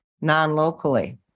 non-locally